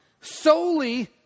solely